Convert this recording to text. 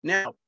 Now